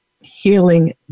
Healing